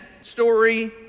story